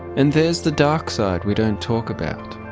and there's the dark side we don't talk about.